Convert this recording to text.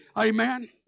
Amen